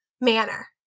manner